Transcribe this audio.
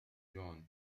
جون